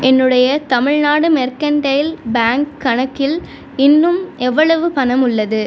என்னுடைய Tamil Nadu mercantile bank கணக்கில் இன்னும் எவ்வளவு பணம் உள்ளது